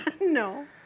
No